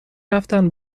رفتن